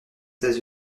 états